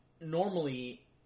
normally